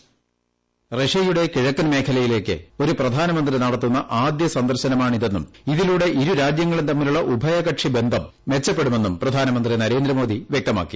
hold voice over റഷ്യയുടെ കിഴക്കൻ മേഖലയിലേക്ക് ഒരു പ്രധാനമന്ത്രി നടത്തുന്ന ആദ്യ സന്ദർശനമാണിതെന്നും ഇതിലൂടെ ഇരുരാജ്യങ്ങളും തമ്മിലുള്ള ഉഭയകക്ഷി ബന്ധം മെച്ചപ്പെടുമെന്നും പ്രധാനമന്തി നരേന്ദ്ര മോദി വൃക്തമാക്കി